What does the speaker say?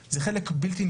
זה עיוות.